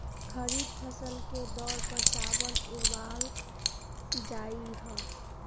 खरीफ फसल के तौर पर चावल उड़ावल जाहई